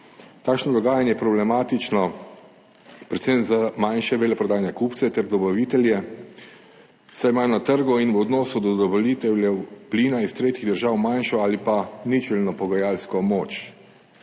Takšno dogajanje je problematično predvsem za manjše veleprodajne kupce ter dobavitelje, saj imajo na trgu in v odnosu do dobaviteljev plina iz tretjih držav manjšo ali pa ničelno pogajalsko moč.